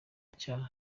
icyaha